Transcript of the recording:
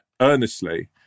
earnestly